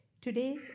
today